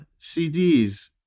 CDs